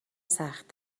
سخت